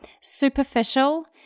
superficial